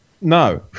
no